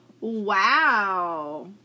Wow